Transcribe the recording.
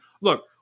look